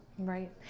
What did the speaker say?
Right